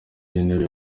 wintebe